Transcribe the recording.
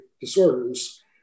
disorders